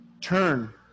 turn